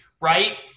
right